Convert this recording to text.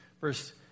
verse